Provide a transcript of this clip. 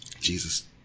Jesus